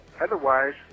otherwise